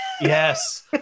yes